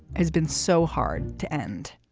has been so hard to end.